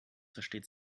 versteht